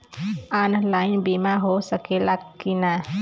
Online बीमा हो सकेला की ना?